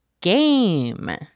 game